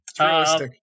realistic